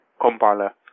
compiler